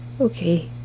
Okay